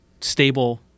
stable –